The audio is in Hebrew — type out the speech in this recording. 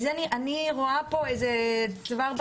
אני רואה פה צוואר בקבוק.